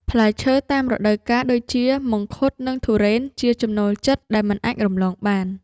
ផ្លែឈើតាមរដូវកាលដូចជា មង្ឃុត និងធុរេន ជាចំណូលចិត្តដែលមិនអាចរំលងបាន។